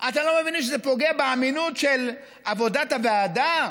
אתם לא מבינים שזה פוגע באמינות של עבודת הוועדה?